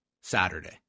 Saturday